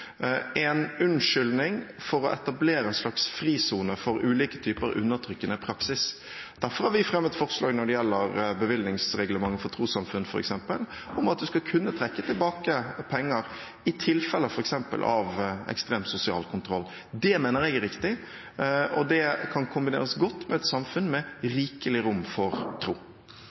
en unnskyldning for å etablere en slags frisone for ulike typer undertrykkende praksis. Derfor har vi når det gjelder bevilgningsreglementet for trossamfunn, f.eks., fremmet forslag om at vi skal kunne trekke tilbake penger, f.eks. i tilfeller av ekstrem sosial kontroll. Det mener jeg er riktig, og det kan kombineres godt med et samfunn med rikelig rom for tro.